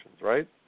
right